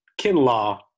Kinlaw